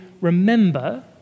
remember